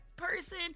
person